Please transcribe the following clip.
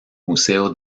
museo